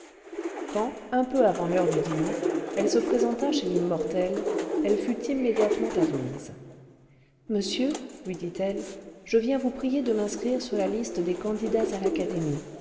quand un j eu avant l'heure du dîner elle se présenta chez l'immortel elle fut immédiatement admise ce monsieur lui dit-elle je viens vous prier de m'inscrire sur la liste des candidats à l'académie